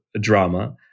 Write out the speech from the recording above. drama